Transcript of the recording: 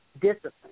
discipline